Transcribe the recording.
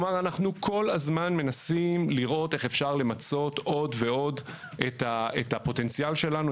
אנחנו כל הזמן מנסים לראות איך אפשר למצות עוד ועוד את הפוטנציאל שלנו,